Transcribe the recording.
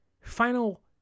final